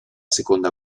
seconda